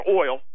oil